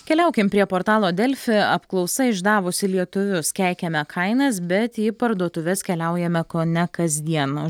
keliaukim prie portalo delfi apklausa išdavusi lietuvius keikiame kainas bet į parduotuves keliaujame kone kasdieną